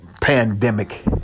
pandemic